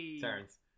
turns